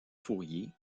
fourier